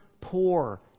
poor